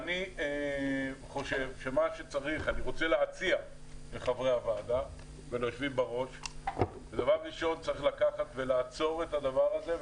אני רוצה להציע לחברי הוועדה וליושבים בראש לקחת ולעצור את הדבר הזה,